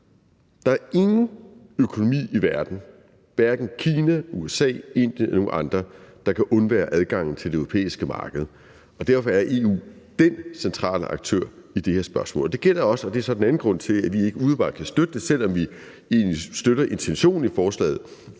Der er ingen økonomi i verden, hverken Kina, USA, Indien eller nogen andre, der kan undvære adgangen til det europæiske marked. Derfor er EU dén centrale aktør i det her spørgsmål. Det gælder også den anden grund til, at vi ikke umiddelbart kan støtte det, selv om vi støtter intentionen i forslaget.